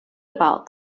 about